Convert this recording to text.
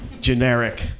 generic